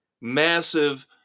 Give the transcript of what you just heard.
massive